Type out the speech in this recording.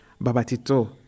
Babatito